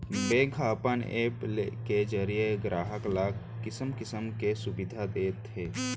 bank ह अपन app के जरिये गराहक ल किसम किसम के सुबिधा देत हे